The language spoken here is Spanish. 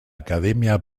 academia